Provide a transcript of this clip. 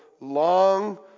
long